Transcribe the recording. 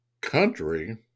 country